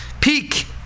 peak